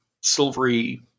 silvery